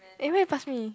eh where you pass me